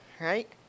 right